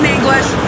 English